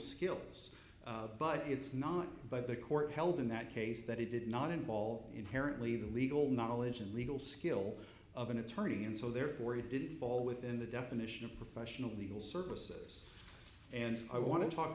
skills but it's not but the court held in that case that it did not involve inherently the legal knowledge and legal skill of an attorney and so therefore he didn't fall within the definition of professional legal services and i want to talk